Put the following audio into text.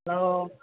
hello